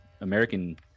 American